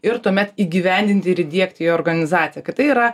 ir tuomet įgyvendinti ir įdiegti į organizaciją kad tai yra